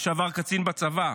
לשעבר קצין בצבא,